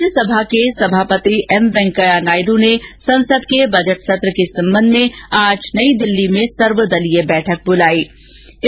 राज्यसभा के सभापति एम वेंकैया नायड़ ने संसद के बजट सत्र के संबंध में आज नई दिल्ली में सर्वदलीय बैठक बुलाई है